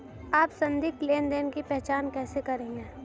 आप संदिग्ध लेनदेन की पहचान कैसे करेंगे?